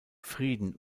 frieden